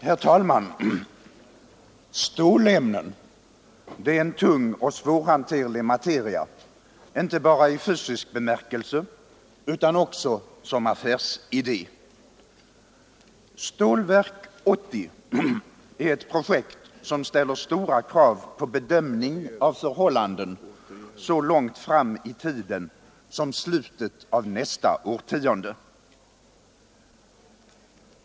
Herr talman! Stålämnen — det är en tung och svårhanterlig materia, inte bara i fysisk bemärkelse utan också som affärsidé. Stålverk 80 är ett projekt som ställer stora krav på bedömning av förhållanden så långt fram i tiden som slutet av nästa årtionde.